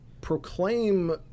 proclaim